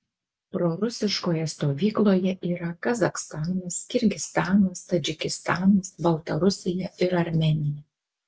prorusiškoje stovykloje yra kazachstanas kirgizstanas tadžikistanas baltarusija ir armėnija